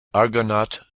argonaut